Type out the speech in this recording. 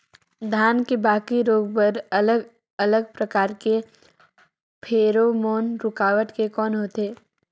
धान के बाकी रोग बर अलग अलग प्रकार के फेरोमोन रूकावट के कौन होथे?